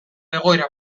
egoera